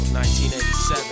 1987